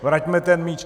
Vraťme ten míč...